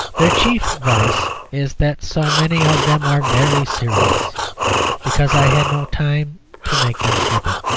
their chief vice is that so many of them are very serious because i had no time to make them flippant.